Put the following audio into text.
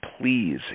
please